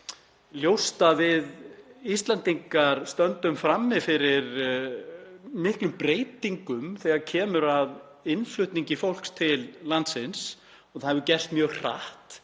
ljóst að við Íslendingar stöndum frammi fyrir miklum breytingum þegar kemur að innflutningi fólks til landsins og það hefur gerst mjög hratt.